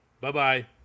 Bye-bye